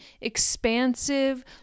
expansive